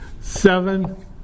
seven